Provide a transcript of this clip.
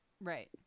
Right